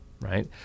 right